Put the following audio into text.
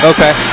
Okay